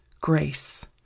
grace